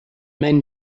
men